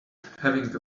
having